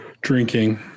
Drinking